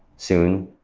soon,